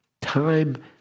time